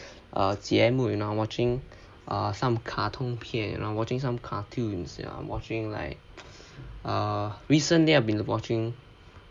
err 节目 you know watching err some 卡通片 you know watching some cartoons you know watching like err recently I've been watching